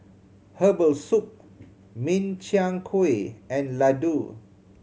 herbal soup Min Chiang Kueh and laddu